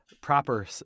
proper